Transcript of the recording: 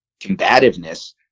combativeness